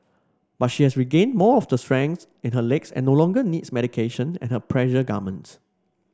but she has regained more of the strength in her legs and no longer needs medication and her pressure garment